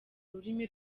rurimi